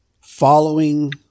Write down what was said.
following